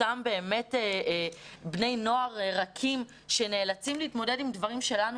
אותם בני נוער רכים שנאלצים להתמודד עם דברים כאלה.